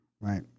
Right